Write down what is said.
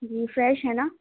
جی fresh ہیں نا